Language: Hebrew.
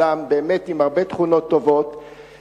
אדם באמת עם הרבה תכונות טובות,